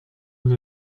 vous